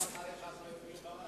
אז למה ש"ס לא מצביעה בעד?